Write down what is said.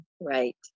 Right